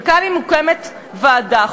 וכאן מוקמת ועדה,